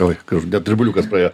oi už net drebuliukas praėjo